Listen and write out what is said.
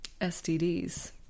STDs